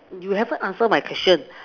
you haven't answer my question